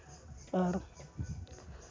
ᱟᱨ